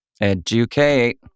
educate